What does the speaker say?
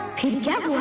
couldn't get